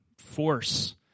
force